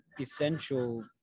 essential